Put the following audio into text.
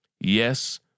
Yes